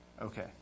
Okay